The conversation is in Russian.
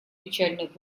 печальных